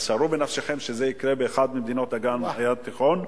אז שערו בנפשכם שזה יקרה באחת ממדינות אגן הים התיכון,